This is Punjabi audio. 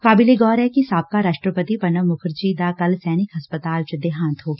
ਕਾਬਿਲੇ ਗੌਰ ਐ ਕਿ ਸਾਬਕਾ ਰਾਸ਼ਟਰਪਤੀ ਪੁਣਬ ਮੁਖਰਜੀ ਦਾ ਕੱਲ ਸੈਨਿਕ ਹਸਪਤਾਲ ਚ ਦੇਹਾਂਤ ਹੋ ਗਿਆ ਸੀ